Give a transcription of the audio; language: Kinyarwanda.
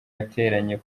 yateranye